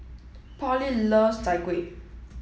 Parley loves Chai Kuih